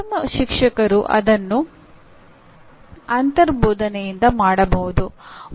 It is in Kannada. ಉತ್ತಮ ಶಿಕ್ಷಕರು ಅದನ್ನು ಅಂತರ್ಬೋಧೆಯಿಂದ ಮಾಡಬಹುದು